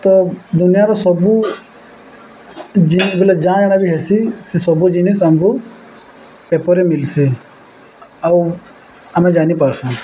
ତ ଦୁନିଆର ସବୁ ବେଲେ ଯାହା ଜଣେ ବି ହେସି ସେ ସବୁ ଜିନିଷ ଆମକୁ ପେପର୍ରେ ମିଲ୍ସି ଆଉ ଆମେ ଜାଣିପାରୁସୁଁ